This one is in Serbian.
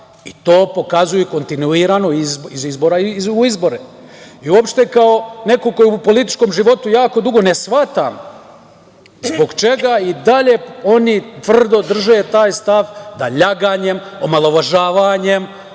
i to pokazuje kontinuirano iz izbora u izbore. Uopšte kao neko ko je u političkom životu jako dugo, ne shvatam zbog čega i dalje oni tvrdo drže taj stav da laganjem, omalovažavanjem,